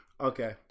Okay